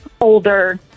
older